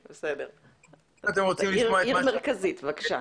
זו עיר מרכזית, בבקשה.